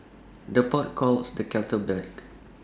the pot calls the kettle black